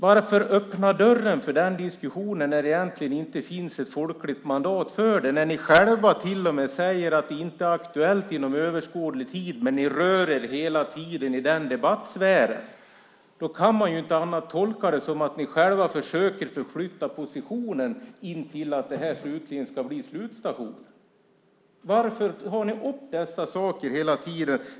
Varför öppna dörren för den diskussionen när det inte finns ett folkligt mandat för det och när ni själva till och med säger att det inte är aktuellt inom överskådlig tid? Men när ni hela tiden rör er i den debattsfären kan man inte annat än att tolka det som att ni försöker flytta positionen till att detta ska bli slutstationen. Varför tar ni upp dessa saker hela tiden?